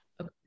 Okay